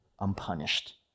unpunished